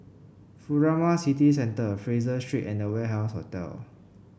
Furama City Centre Fraser Street and Warehouse Hotel